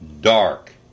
dark